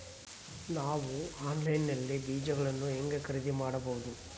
ನಾವು ಆನ್ಲೈನ್ ನಲ್ಲಿ ಬೇಜಗಳನ್ನು ಹೆಂಗ ಖರೇದಿ ಮಾಡಬಹುದು?